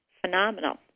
phenomenal